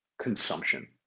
consumption